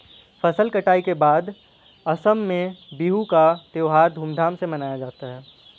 फसल कटाई के बाद असम में बिहू का त्योहार धूमधाम से मनाया जाता है